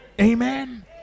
Amen